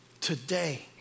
today